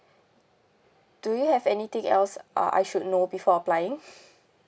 do you have anything else uh I should know before applying